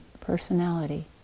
personality